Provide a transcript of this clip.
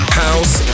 house